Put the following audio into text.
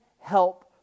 help